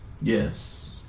yes